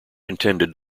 intended